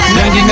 99